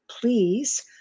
please